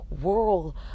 world